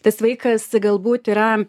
tas vaikas galbūt yra